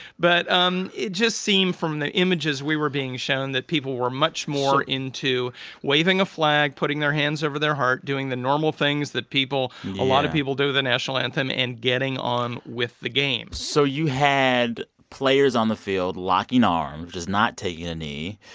but um it just seemed, from the images we were being shown, that people were much more into waving a flag, putting their hands over their heart, doing the normal things that people a lot of people do at the national anthem and getting on with the game so you had players on the field locking arms, just not taking a knee.